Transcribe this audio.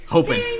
Hoping